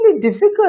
difficult